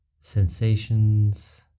sensations